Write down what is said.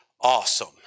awesome